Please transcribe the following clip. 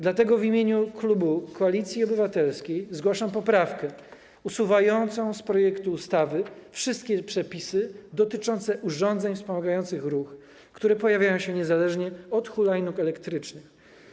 Dlatego w imieniu klubu Koalicji Obywatelskiej zgłaszam poprawkę usuwającą z projektu ustawy wszystkie przepisy dotyczące urządzeń wspomagających ruch, które pojawiają się niezależnie od hulajnóg elektrycznych.